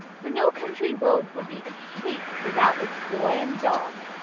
for no country road would be complete without its boy and dog,